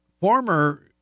former